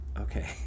okay